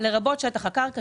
לרבות שטח הקרקע,